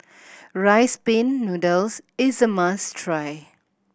Rice Pin Noodles is a must try